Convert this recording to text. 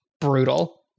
brutal